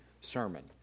sermon